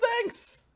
thanks